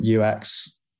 UX